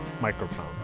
Microphone